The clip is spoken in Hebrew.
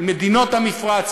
עם מדינות המפרץ,